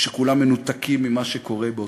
ושכולם מנותקים ממה שקורה בעוטף-עזה.